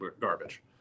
garbage